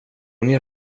ner